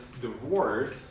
divorce